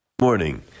Morning